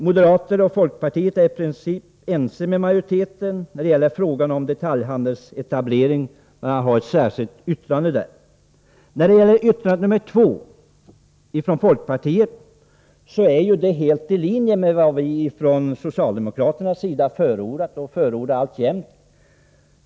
Moderater och folkpartisteräri princip ense med majoriteten, och i frågan om detaljhandelsetablering har de ett särskilt yttrande. Det särskilda yttrandet nr 2 från folkpartiet ligger helt i linje med vad vi ifrån socialdemokraterna förordat och alltjämt förordar.